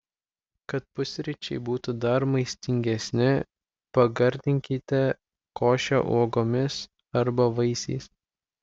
kad pusryčiai būtų dar maistingesni pagardinkite košę uogomis arba vaisiais